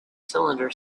cylinder